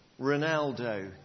Ronaldo